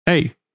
Hey